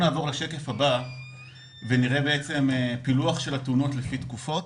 שקף - פילוח של התאונות לפי תקופות: